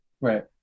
Right